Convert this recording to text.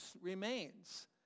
remains